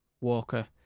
Walker